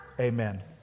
Amen